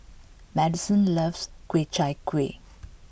Madison loves Ku Chai Kuih